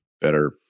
better